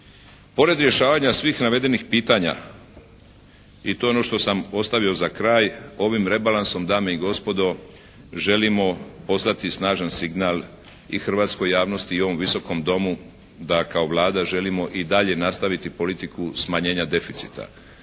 Pored rješavanja svih navedenih pitanja i to je ono što sam ostavio za kraj, ovim rebalansom dame i gospodo, želimo poslati snažan signal i hrvatskoj javnosti i ovom Visokom domu da kao Vlada želimo i dalje nastaviti politiku smanjenja deficita.